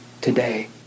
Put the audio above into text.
today